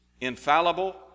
infallible